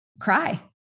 cry